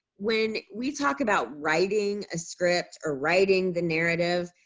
when we talk about writing a script or writing the narrative,